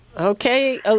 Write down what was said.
Okay